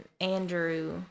Andrew